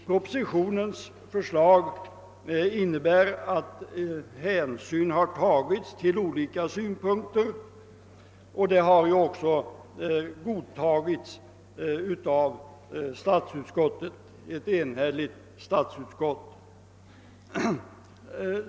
Propositionens förslag innebär att hänsyn har tagits till olika synpunkter, och förslaget har ju också godtagits av ett enhälligt statsutskott.